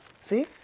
see